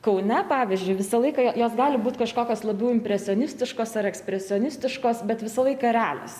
kaune pavyzdžiui visą laiką jos gal būt kažkokios labiau impresionistiškos ar ekspresionistiškos bet visą laiką realios